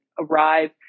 arrive